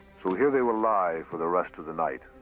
so here they will lie for the rest of the night.